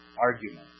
Arguments